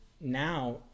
now